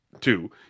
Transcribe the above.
two